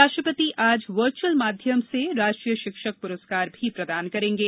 राष्ट्रपति आज वर्चुअल माध्यम से राष्ट्रीय शिक्षक पुरस्कार भी प्रदान करेंगे